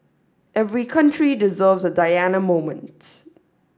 every country deserves a Diana moment